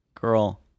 girl